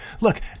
Look